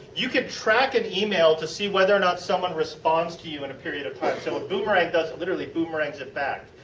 you can track an email to see whether or not someone responds to you in a period of time. so, what boomerang does is it literally boomerangs it back.